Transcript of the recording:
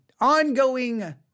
ongoing